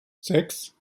sechs